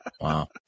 Wow